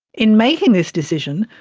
in making this decision,